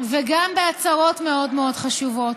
וגם בהצהרות מאוד מאוד חשובות.